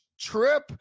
trip